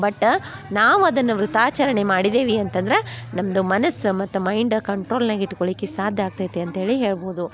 but ನಾವು ಅದನ್ನು ವ್ರತಾಚರ್ಣೆ ಮಾಡಿದೆವು ಅಂತಂದ್ರೆ ನಮ್ದು ಮನಸ್ಸು ಮತ್ತು ಮೈಂಡ್ ಕಂಟ್ರೋಲ್ನಾಗ ಇಟ್ಕೊಳ್ಲಿಕ್ಕೆ ಸಾಧ್ಯ ಆಗ್ತೈತಿ ಅಂತ ಹೇಳಿ ಹೇಳ್ಬೋದು